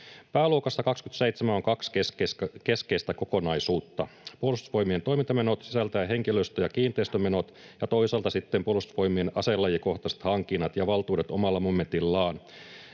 Pääluokassa 27 on kaksi keskeistä kokonaisuutta: Puolustusvoimien toimintamenot sisältäen henkilöstö‑ ja kiinteistömenot ja toisaalta sitten Puolustusvoimien aselajikohtaiset hankinnat ja valtuudet omalla momentillaan.